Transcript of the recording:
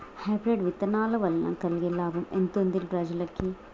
Hybrid విత్తనాల వలన కలిగే లాభం ఎంతుంది ప్రజలకి?